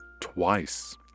twice